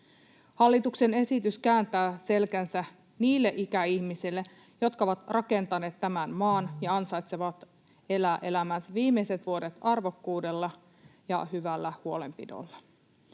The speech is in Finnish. Hallituksen esitys kääntää selkänsä niille ikäihmisille, jotka ovat rakentaneet tämän maan ja ansaitsevat elää elämänsä viimeiset vuodet arvokkuudella ja hyvällä huolenpidolla.